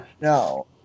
No